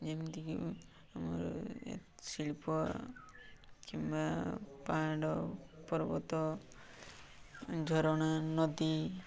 ଯେମିତିକି ଆମର ଶିଳ୍ପ କିମ୍ବା ପାହାଡ଼ ପର୍ବତ ଝରଣା ନଦୀ